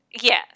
Yes